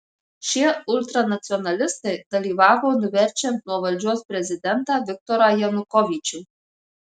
šie ultranacionalistai dalyvavo nuverčiant nuo valdžios prezidentą viktorą janukovyčių